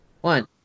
One